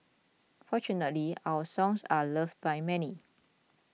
fortunately our songs are loved by many